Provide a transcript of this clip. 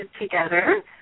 Together